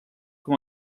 com